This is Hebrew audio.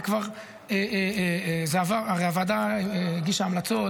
הרי הוועדה הגישה המלצות,